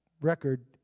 record